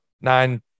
nine